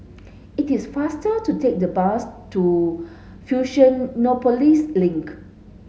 it is faster to take the bus to Fusionopolis Link